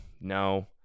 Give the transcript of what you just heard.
no